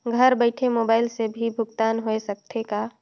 घर बइठे मोबाईल से भी भुगतान होय सकथे का?